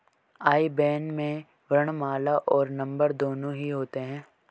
आई ban में वर्णमाला और नंबर दोनों ही होते हैं